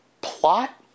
plot